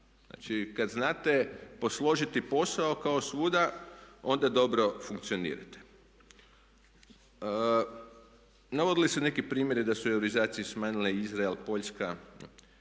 Znači kada znate posložiti posao kao svuda, onda dobro funkcionirate. Navodili su se neki primjeri da su se u euroizaciji smanjile Izrael, Poljska.